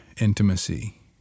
intimacy